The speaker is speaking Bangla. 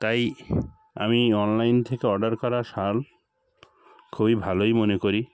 তাই আমি অনলাইন থেকে অর্ডার করা শাল খুবই ভালোই মনে করি